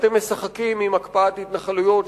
ואתם משחקים עם הקפאת התנחלויות,